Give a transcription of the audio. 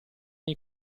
nei